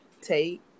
take